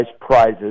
prizes